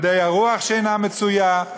מדעי הרוח שאינה מצויה,